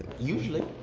usually.